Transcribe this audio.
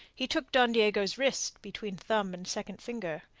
he took don diego's wrist between thumb and second finger.